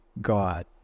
God